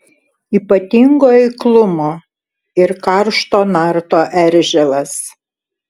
ypatingo eiklumo ir karšto narto eržilas